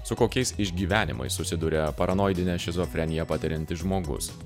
su kokiais išgyvenimais susiduria paranoidinę šizofreniją patiriantis žmogus